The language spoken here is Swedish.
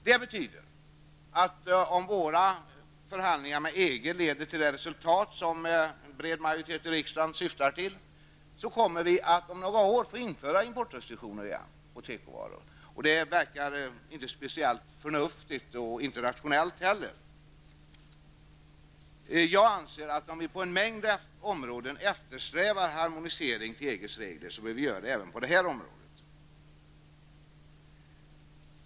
Det betyder att om våra förhandlingar med EG leder till det resultat som en bred majoritet i riksdagen syftar till, kommer vi att om några år få införa importrestriktioner på tekovaror igen. Det verkar inte speciellt förnuftigt eller rationellt. Jag anser att om vi på en mängd områden eftersträvar en harmonisering till EGs regler, så bör vi göra det även på det här området.